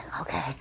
Okay